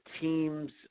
teams